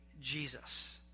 Jesus